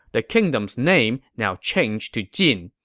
the kingdom's name now changed to jin,